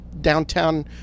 downtown